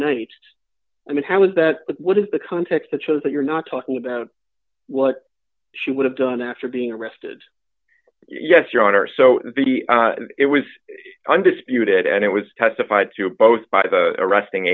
night i mean how is that what is the context that shows that you're not talking about what she would have done after being arrested yes your honor so be it was undisputed and it was testified to both by the arresting